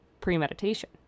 premeditation